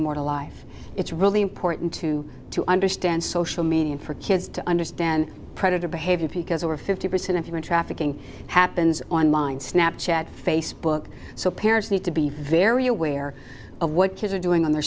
more to life it's really important to to understand social media and for kids to understand predator behavior because over fifty percent of human trafficking happens online snap chat facebook so parents need to be very aware of what kids are doing on their